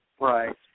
Right